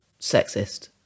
sexist